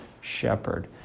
shepherd